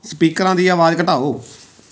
ਸਪੀਕਰਾਂ ਦੀ ਆਵਾਜ਼ ਘਟਾਓ